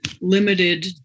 limited